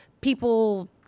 people